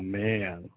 man